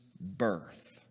birth